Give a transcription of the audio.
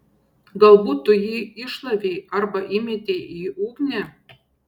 galbūt tu jį iššlavei arba įmetei į ugnį